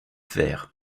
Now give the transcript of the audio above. vert